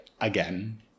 again